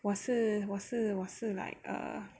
我是我是我是 like err